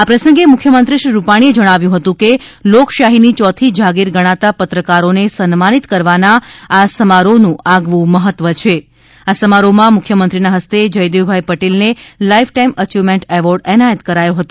આ પ્રસંગ મુખ્યમંત્રી શ્રી રૂપાણીએ જણાવ્યું હતું કે લોકશાહીની યોથી જાગીર ગણાતા પત્રકારોન સન્માનિત કરવના આ સમારોહનું આગવું મહત્વ છા આ સમારોહમાં મુખ્યમંત્રીના ફસ્ત જયદેવભાઈ પટેલન lifetime achievement award એનાયત કરાયો હતો